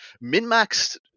Min-Max